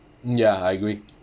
ya I agree